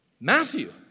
Matthew